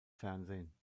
fernsehen